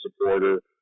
supporter